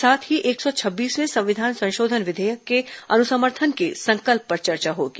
साथ ही एक सौ छब्बीसवें संविधान संशोधन विधेयक के अनुसमर्थन के संकल्प पर चर्चा होगी